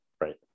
right